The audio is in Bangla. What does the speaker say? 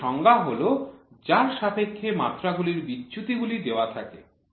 এর সংজ্ঞা হল যার সাপেক্ষে মাত্রা গুলির বিচ্যুতিগুলি দেওয়া থাকে